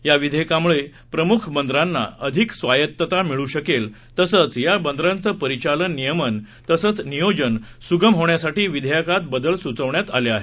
याविधेयकामुळेप्रमुखबंदरांनाअधिकस्वायत्ततामिळूशकेल तसंचयाबदरांचपरिचालननियमनतसंचनियोजनसुगमहोण्यासाठीविधेयकातबदलसूचवण्यात आले आहेत